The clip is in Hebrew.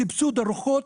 סבסוד ארוחות,